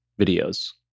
videos